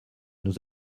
nous